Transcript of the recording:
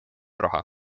raha